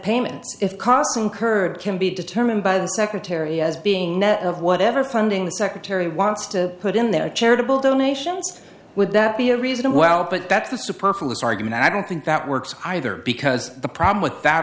payments if costs incurred can be determined by the secretary as being net of whatever funding the secretary wants to put in their charitable donations would that be a reason well but that's the superfoods argument and i don't think that works either because the problem with that